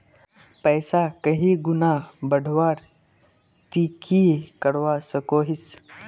पैसा कहीं गुणा बढ़वार ती की करवा सकोहिस?